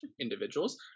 individuals